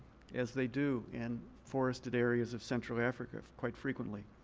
as they do in forested areas of central africa quite frequently.